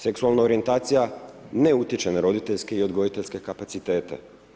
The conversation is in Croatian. Seksualna orijentacija ne utječe na roditeljske i odgojiteljske kapacitete.